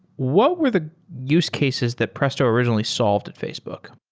what were the use cases that presto originally solved at facebook?